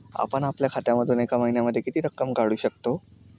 आपण आपल्या खात्यामधून एका महिन्यामधे किती रक्कम काढू शकतो?